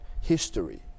history